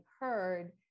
heard